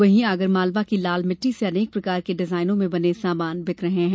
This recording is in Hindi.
वही आगरमालवा की लालमिट्टी से अनेक प्रकार की डिजाईनों में बने सामान बिक रहे है